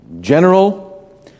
general